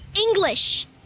English